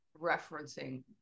referencing